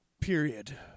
period